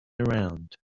around